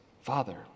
Father